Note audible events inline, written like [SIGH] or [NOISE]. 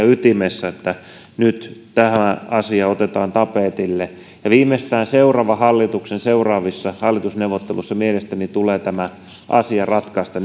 [UNINTELLIGIBLE] ytimessä että nyt tämä asia otetaan tapetille viimeistään seuraavan hallituksen seuraavissa hallitusneuvotteluissa mielestäni tulee tämä asia ratkaista [UNINTELLIGIBLE]